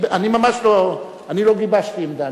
אני לא גיבשתי עמדה.